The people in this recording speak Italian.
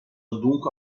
dunque